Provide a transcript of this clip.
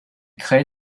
crée